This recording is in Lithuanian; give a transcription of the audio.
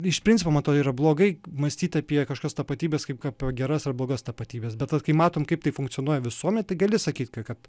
iš principo man atrodo yra blogai mąstyt apie kažkokias tapatybes kaip apie geras ar blogas tapatybes bet vat kai matom kaip tai funkcionuoja visuomenėj tai gali sakyti ka kad